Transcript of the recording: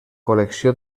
col·lecció